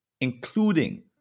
Including